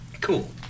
cool